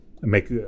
make